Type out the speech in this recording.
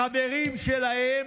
לחברים שלהם,